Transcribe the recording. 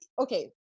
okay